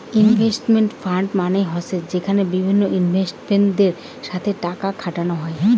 investment fund মানে হসে যেখানে বিভিন্ন ইনভেস্টরদের সাথে টাকা খাটানো হই